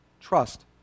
Trust